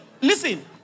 Listen